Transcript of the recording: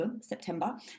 September